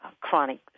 chronic